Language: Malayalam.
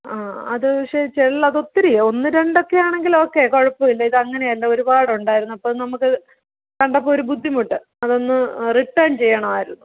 ആ അത് പക്ഷേ ചെള്ള് അതൊത്തിരിയായി ഒന്ന് രണ്ട് ഒക്കെയാണെങ്കിൽ ഓക്കെ കുഴപ്പമില്ല ഇതങ്ങനെ അല്ല ഒരുപാട് ഉണ്ടായിരുന്നു അപ്പം നമുക്ക് കണ്ടപ്പോൾ ഒരു ബുദ്ധിമുട്ട് അതൊന്ന് റിട്ടേൺ ചെയ്യണമായിരുന്നു